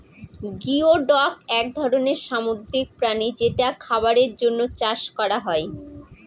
geoduck এক ধরনের সামুদ্রিক প্রাণী যেটা খাবারের জন্য চাষ করা হয়